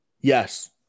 Yes